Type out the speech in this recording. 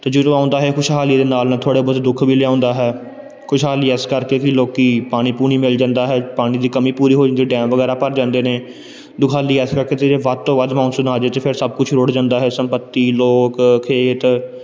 ਅਤੇ ਜਦੋਂ ਆਉਂਦਾ ਹੈ ਖੁਸ਼ਹਾਲੀ ਦੇ ਨਾਲ ਨਾਲ ਥੋੜ੍ਹੇ ਬਹੁਤ ਦੁੱਖ ਵੀ ਲਿਆਉਂਦਾ ਹੈ ਖੁਸ਼ਹਾਲੀ ਇਸ ਕਰਕੇ ਕਿ ਲੋਕ ਪਾਣੀ ਪੂਣੀ ਮਿਲ ਜਾਂਦਾ ਹੈ ਪਾਣੀ ਦੀ ਕਮੀ ਪੂਰੀ ਹੋ ਜਾਂਦੀ ਹੈ ਡੈਮ ਵਗੈਰਾ ਭਰ ਜਾਂਦੇ ਨੇ ਦੁਖਹਾਲੀ ਇਸ ਕਰਕੇ ਤੇ ਜੇ ਵੱਧ ਤੋਂ ਵੱਧ ਮੌਨਸੂਨ ਆ ਜੇ ਤਾਂ ਫਿਰ ਸਭ ਕੁਝ ਰੁੜ ਜਾਂਦਾ ਹੈ ਸੰਪਤੀ ਲੋਕ ਖੇਤ